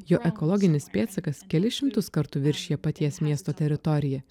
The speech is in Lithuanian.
jo ekologinis pėdsakas kelis šimtus kartų viršija paties miesto teritoriją